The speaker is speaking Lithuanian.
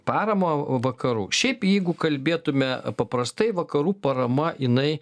paramą vakarų šiaip jeigu kalbėtume paprastai vakarų parama jinai